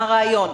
מה הרעיון?